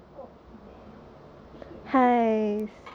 过分 leh 一点点